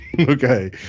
Okay